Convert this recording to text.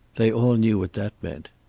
they all knew what that meant.